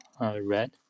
red